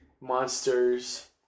monsters